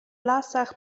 lasach